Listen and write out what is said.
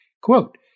Quote